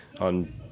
on